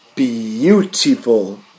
Beautiful